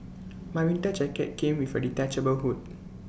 my winter jacket came with A detachable hood